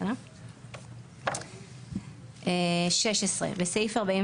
(16) בסעיף 43